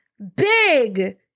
big